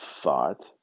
thought